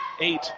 eight